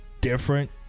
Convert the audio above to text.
different